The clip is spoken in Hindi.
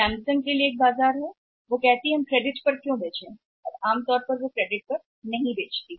सैमसंग के लिए एक बाजार है जिसे हमें क्रेडिट पर बेचना चाहिए और आम तौर पर वे नहीं हैं क्रेडिट पर बेचना